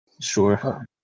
Sure